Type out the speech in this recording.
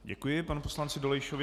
Děkuji panu poslanci Dolejšovi.